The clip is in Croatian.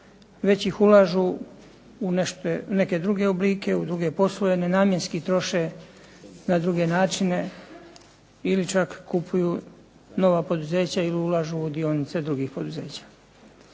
već ih ulažu u neke druge oblike, u druge poslove, nenamjenski troše na druge načine ili čak kupuju nova poduzeća ili ulažu u dionice drugih poduzeća.